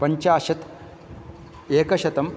पञ्चाशत् एकशतम्